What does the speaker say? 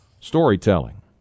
storytelling